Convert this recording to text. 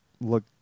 look